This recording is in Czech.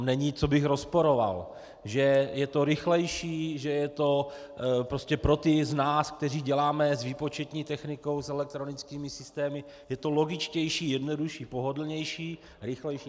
Tam není, co bych rozporoval, že je to rychlejší, že je to prostě pro ty z nás, kteří děláme s výpočetní technikou, s elektronickými systémy, je to logičtější, jednodušší, pohodlnější, rychlejší.